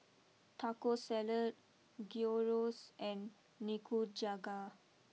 Taco Salad Gyros and Nikujaga